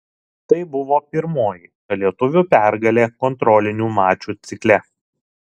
tai buvo pirmoji lietuvių pergalė kontrolinių mačų cikle